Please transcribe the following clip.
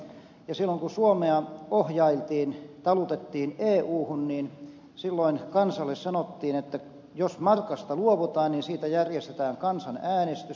silloin kun suomea ohjailtiin talutettiin euhun niin silloin kansalle sanottiin että jos markasta luovutaan siitä järjestetään kansanäänestys